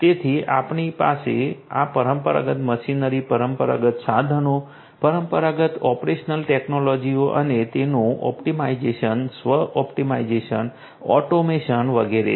તેથી તમારી પાસે આ પરંપરાગત મશીનરી પરંપરાગત સાધનો પરંપરાગત ઓપરેશનલ ટેક્નોલોજીઓ અને તેમનું ઑપ્ટિમાઇઝેશન સ્વ ઑપ્ટિમાઇઝેશન ઑટોમેશન વગેરે છે